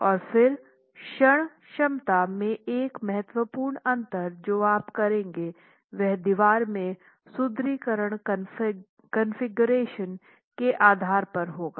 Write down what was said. और फिर क्षण क्षमता में एक महत्वपूर्ण अंतर जो आप करेंगे वह दीवार में सुदृढीकरण कॉन्फ़िगरेशन के आधार पर होगा